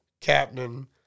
captain